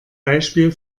beispiel